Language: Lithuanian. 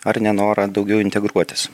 ar nenorą daugiau integruotis